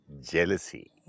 Jealousy